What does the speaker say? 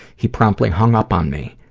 he promptly hung up on me,